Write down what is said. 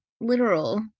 literal